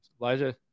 Elijah